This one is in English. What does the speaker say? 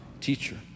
teacher